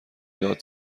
داد